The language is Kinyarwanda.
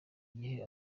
gihe